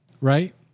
right